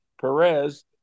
Perez